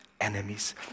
enemies